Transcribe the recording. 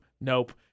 nope